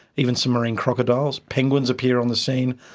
even some marine crocodiles, penguins appear on the scene,